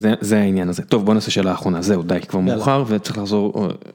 זה העניין הזה. טוב, בוא נעשה שאלה אחרונה, זהו, די. כבר מאוחר וצריך לחזור.